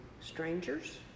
Strangers